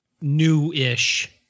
new-ish